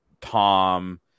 Tom